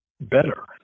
better